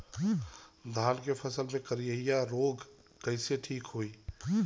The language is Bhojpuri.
धान क फसलिया मे करईया रोग कईसे ठीक होई?